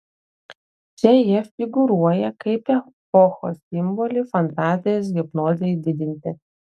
čia jie figūruoja kaip epochos simboliai fantazijos hipnozei didinti